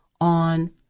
on